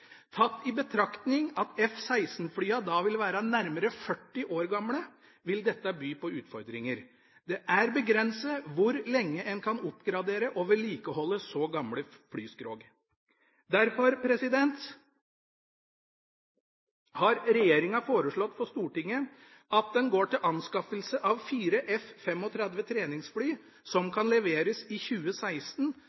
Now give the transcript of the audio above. Tatt i betraktning at F-16-flyene da vil være nærmere 40 år gamle, vil dette by på utfordringer. Det er begrenset hvor lenge en kan oppgradere og vedlikeholde så gamle flyskrog. Derfor har regjeringa foreslått for Stortinget at den går til anskaffelse av fire F-35 treningsfly, som